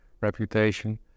reputation